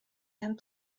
and